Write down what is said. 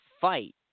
fight